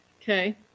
Okay